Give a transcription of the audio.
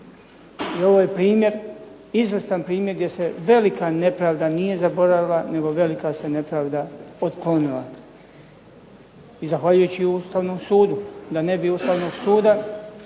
I ovo je primjer, izvrstan primjer gdje se velika nepravda nije zaboravila, nego velika se nepravda otklonila. I zahvaljujući Ustavnom sudu, da ne bi Ustavnog suda